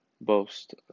boast